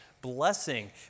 blessing